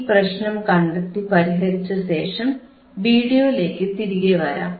ഈ പ്രശ്നം കണ്ടെത്തി പരിഹരിച്ചശേഷം വീഡിയോയിലേക്കു തിരികെ വരാം